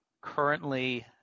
Currently